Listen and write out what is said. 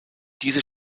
diese